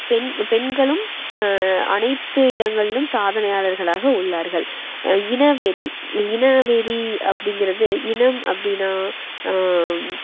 பெண் பெண்களும் அனைத்து இடங்களிலும் சாதனையாளர்களாக உள்ளார்கள் இனவெறி இ இனவெறி அப்படிங்கிறது இனம் அப்படின்னா